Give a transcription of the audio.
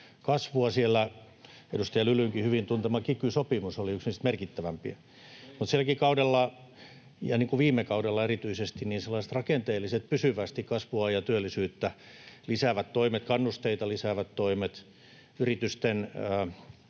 kasvua. Siellä edustaja Lylynkin hyvin tuntema kiky-sopimus oli yksi niitä merkittävimpiä. Silläkin kaudella, niin kuin erityisesti viime kaudella, puuttuivat sellaiset rakenteelliset, pysyvästi kasvua ja työllisyyttä lisäävät toimet, toimet, jotka lisäävät kannusteita ja yritysten